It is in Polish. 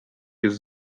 jest